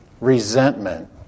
resentment